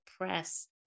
press